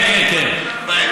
כן, כן, כן.